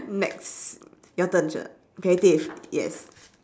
next your turn sher creative yes